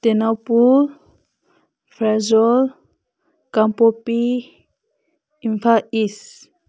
ꯇꯦꯡꯅꯧꯄꯜ ꯐ꯭ꯔꯦꯖꯣꯜ ꯀꯥꯡꯄꯣꯛꯄꯤ ꯏꯝꯐꯥꯜ ꯏꯁ